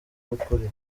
ukuri